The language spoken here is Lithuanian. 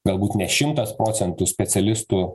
galbūt ne šimtas procentų specialistų